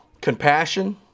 compassion